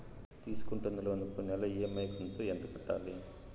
తీసుకుంటున్న లోను కు నెల ఇ.ఎం.ఐ కంతు ఎంత కట్టాలి?